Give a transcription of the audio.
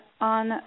on